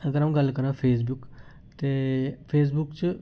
अगर अऊं गल्ल करां फेसबुक ते फेसबुक च